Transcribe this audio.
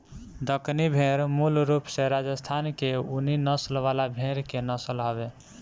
दक्कनी भेड़ मूल रूप से राजस्थान के ऊनी नस्ल वाला भेड़ के नस्ल हवे